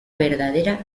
verdadera